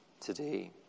today